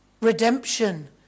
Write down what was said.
Redemption